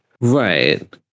Right